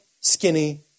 skinny